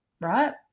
right